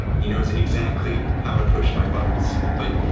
he knows exactly how to push my buttons. but.